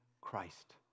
Christ